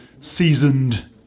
seasoned